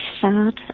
sad